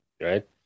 right